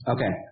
Okay